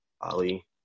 Ali